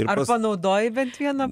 ar panaudojai bent vieną